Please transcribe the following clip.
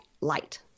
Light